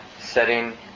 setting